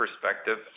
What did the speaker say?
perspective